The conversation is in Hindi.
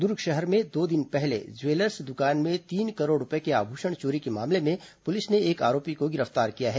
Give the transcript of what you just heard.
दुर्ग शहर में दो दिन पहले ज्वेलर्स दुकान में तीन करोड़ रूपये के आभूषण चोरी के मामले में पुलिस ने एक आरोपी को गिरफ्तार किया है